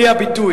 על-פי הביטוי.